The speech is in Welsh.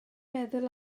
meddwl